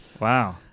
Wow